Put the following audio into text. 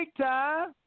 time